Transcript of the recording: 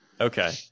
okay